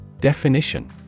Definition